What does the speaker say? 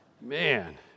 man